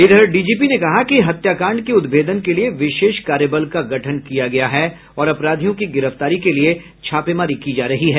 इधर डीजीपी ने कहा कि हत्याकांड के उद्भेदन के लिये विशेष कार्यबल का गठन किया गया है और अपराधियों की गिरफ्तारी के लिये छापेमारी की जा रही है